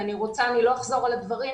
אני לא אחזור על הדברים,